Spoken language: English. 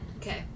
Okay